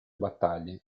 battaglie